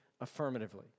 affirmatively